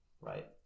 right